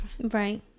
Right